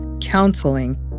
counseling